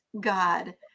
God